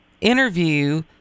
interview